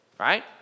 right